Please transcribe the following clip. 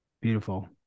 Beautiful